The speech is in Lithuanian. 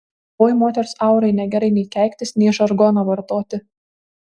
oi moters aurai negerai nei keiktis nei žargoną vartoti